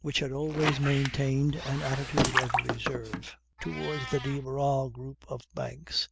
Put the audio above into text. which had always maintained an attitude of reserve towards the de barral group of banks,